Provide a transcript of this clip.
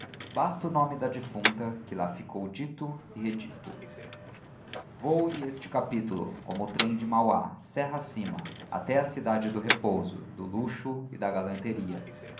basta o nome da defunta que lá ficou dito e redito voe este capítulo como o trem de mauá serra acima até à cidade do repouso do luxo e da galanteria